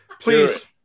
please